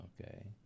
okay